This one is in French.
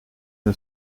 une